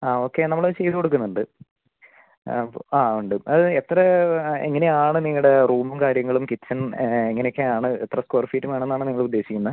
ആ ഓക്കെ നമ്മളത് ചെയ്തു കൊടുക്കുന്നുണ്ട് അപ്പോൾ ആ ഉണ്ട് അത് എത്ര എങ്ങനെയാണ് നിങ്ങളുടെ റൂമും കാര്യങ്ങളും കിച്ചൻ എങ്ങനെയൊക്കെയാണ് എത്ര സ്ക്വയർ ഫീറ്റ് വേണം എന്നാണ് നിങ്ങളുദ്ദേശിക്കുന്നത്